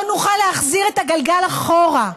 לא נוכל להחזיר את הגלגל אחורה.